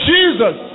Jesus